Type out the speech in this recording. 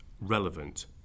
relevant